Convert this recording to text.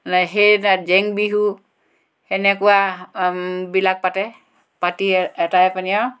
সেই তাত জেং বিহু সেনেকুৱা বিলাকতে পাতি অঁতাই পানি আৰু